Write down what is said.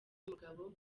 umugabo